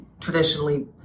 traditionally